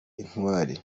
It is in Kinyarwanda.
intwari